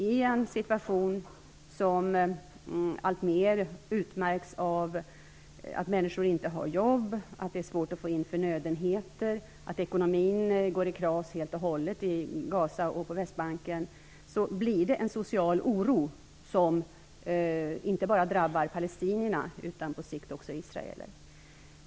I en situation som alltmer utmärks av att människor inte har jobb, av att det är svårt att få in förnödenheter och av att ekonomin helt går i kras i Gaza och på Västbanken uppstår det en social oro som inte bara drabbar palestinierna utan på sikt också israelerna.